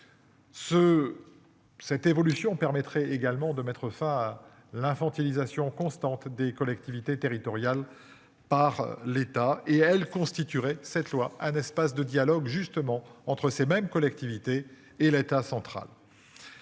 Cette évolution permettrait également de mettre fin à l'infantilisation constante des collectivités territoriales par l'État et elle constituerait cette loi un espace de dialogue justement entre ces mêmes collectivités et l'État central.